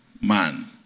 man